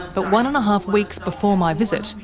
but one-and-a-half weeks before my visit,